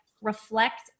reflect